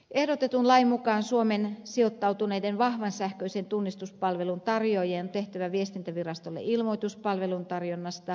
ehdotetun lain mukaan suomeen sijoittautuneiden vahvan sähköisen tunnistuspalvelun tarjoajien on tehtävä viestintävirastolle ilmoitus palvelun tarjonnasta